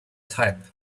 type